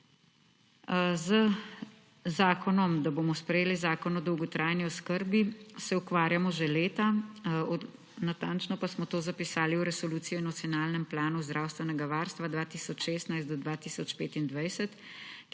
Z zakonom, da bomo sprejeli zakon o dolgotrajni oskrbi, se ukvarjamo že leta, natančno pa smo to zapisali v Resolucijo o nacionalnem planu zdravstvenega varstva 2016–2025,